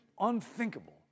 unthinkable